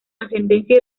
ascendencia